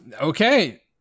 Okay